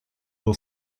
will